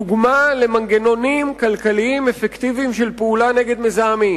דוגמה למנגנונים כלכליים אפקטיביים של פעולה נגד מזהמים.